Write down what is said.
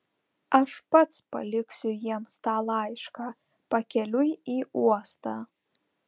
aš pats paliksiu jiems tą laišką pakeliui į uostą